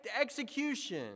execution